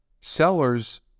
Sellers